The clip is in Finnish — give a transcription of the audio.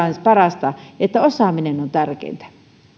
parasta että osaaminen on tärkeintä valiokunnan